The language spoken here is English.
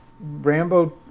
Rambo